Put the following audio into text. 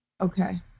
Okay